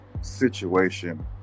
situation